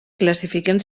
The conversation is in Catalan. classifiquen